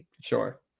Sure